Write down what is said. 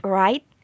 right